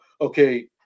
okay